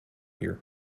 here